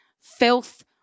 filth